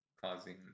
causing